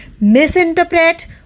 misinterpret